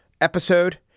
episode